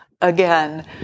again